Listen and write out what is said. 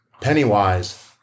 Pennywise